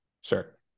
Sure